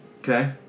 Okay